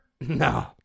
no